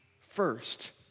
first